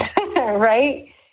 right